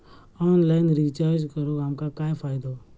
Online recharge करून आमका काय फायदो?